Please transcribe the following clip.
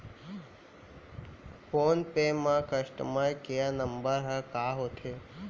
Phone पे म customer care number ह का होथे?